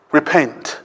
repent